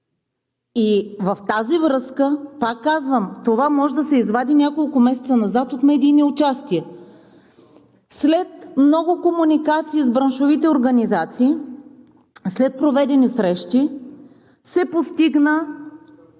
за напояване. Пак казвам, това може да се извади няколко месеца назад от медийни участия. След много комуникации с браншовите организации, след проведени срещи се постигна